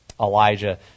Elijah